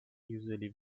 usually